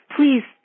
Please